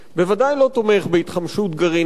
בוודאי לא תומך בהתחמשות גרעינית,